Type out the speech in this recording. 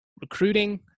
recruiting